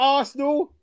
Arsenal